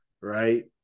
right